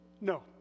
No